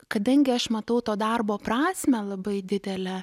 kadangi aš matau to darbo prasmę labai didelę